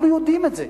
אנחנו יודעים את זה.